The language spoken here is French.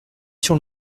sur